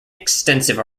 extensive